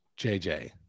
JJ